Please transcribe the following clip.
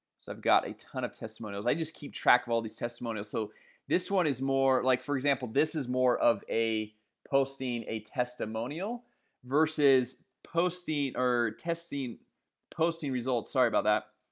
so i've got a ton of testimonials i just keep track of all these testimonials, so this one is more like for example. this is more of a posting a testimonial versus posting or testing posting results sorry about that